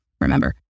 remember